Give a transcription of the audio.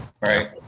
right